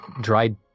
dried